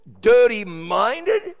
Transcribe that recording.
dirty-minded